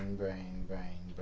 um brain, brain. but